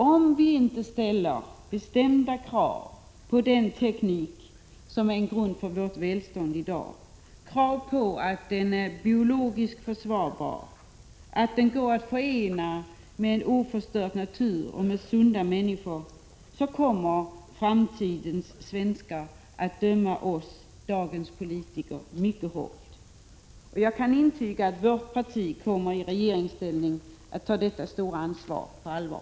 Om vi inte ställer bestämda krav på den teknik som är en grund för vårt välstånd i dag — krav på att den är biologiskt försvarbar, att den går att förena med en oförstörd natur och med sunda människor - kommer framtidens svenskar att döma oss, dagens politiker, mycket hårt. Jag kan intyga att vårt parti i regeringsställning kommer att ta detta stora ansvar på allvar.